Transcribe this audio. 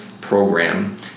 program